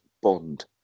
Bond